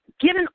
Given